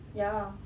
ya